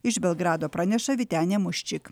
iš belgrado praneša vytenė muščik